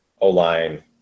O-Line